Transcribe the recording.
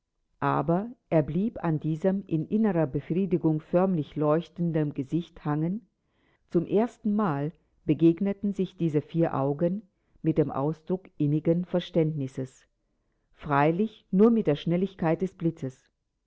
aber er blieb an diesem in innerer befriedigung förmlich leuchtenden gesicht hangen zum erstenmal begegneten sich diese vier augen mit dem ausdruck innigen verständnisses freilich nur mit der schnelligkeit des blitzes